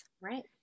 Right